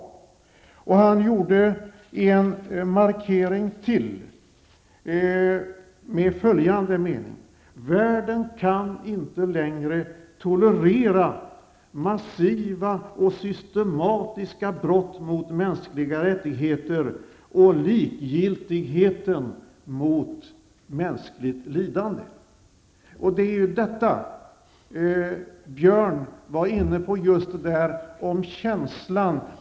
Generalsekreteraren gjorde ytterligare en markering: Världen kan inte längre tolerera massiva och systematiska brott mot mänskliga rättigheter och inte heller likgiltigheten inför mänskligt lidande. Björn Samuelson var inne just på detta om att det måste finnas en känsla.